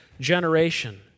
generation